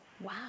Wow